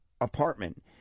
apartment